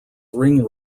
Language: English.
ring